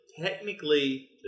technically